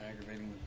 aggravating